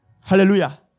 Hallelujah